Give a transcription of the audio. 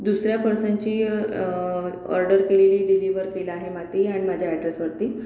दुसऱ्या पर्सनची ऑर्डर केलेली डिलीवर केलं आहे मा ती आणि माझ्या अॅड्रेसवरती